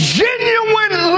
genuine